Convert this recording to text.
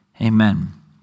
amen